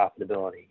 profitability